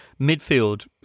midfield